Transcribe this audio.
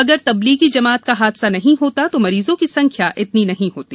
अगर तब्लीगी जमात का हादसा नहीं होता तो मरीजों की संख्या इतनी नहीं होती